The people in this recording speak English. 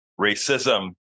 racism